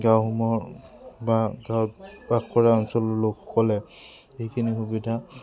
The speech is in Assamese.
গাঁওসমূহ বা গাঁৱত বাস কৰা অঞ্চলৰ লোকসকলে সেইখিনি সুবিধা